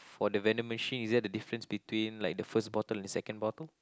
for the vending machine is there the difference between like the first bottle and the second bottle